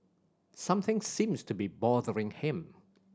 something seems to be bothering him